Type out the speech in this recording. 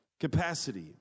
Capacity